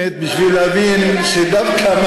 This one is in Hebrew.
שהוא לא מבין בענייני ביטחון.